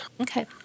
Okay